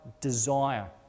desire